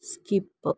skip